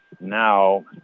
Now